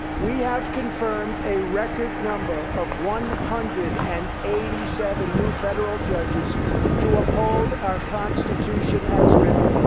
we have confirmed a record number of one hundred and eighty seven new federal judges to uphold our constitution as written.